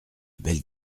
belle